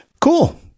cool